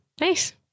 nice